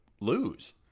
lose